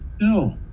No